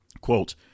Quote